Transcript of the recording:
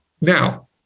Now